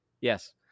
yes